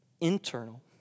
internal